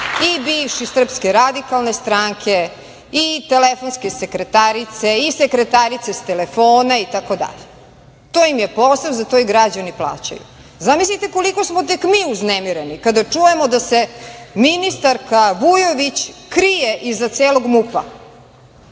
i bivše SRS, i telefonske sekretarice i sekretarice sa telefona, itd. To im je posao i za to ih građani plaćaju. Zamislite koliko smo tek mi uznemireni kada čujemo da se ministarka Vujović krije iza celog MUP,